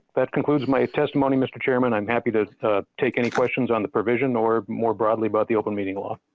that concludes my testimony mister chairman i'm happy to to take any questions on the provision or more broadly about the open meeting law.